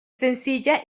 sencilla